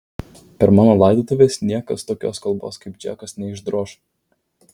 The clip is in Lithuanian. per mano laidotuves niekas tokios kalbos kaip džekas neišdroš